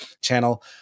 channel